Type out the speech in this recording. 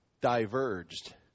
diverged